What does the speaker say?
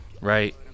right